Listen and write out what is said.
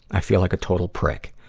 i feel like a total prick.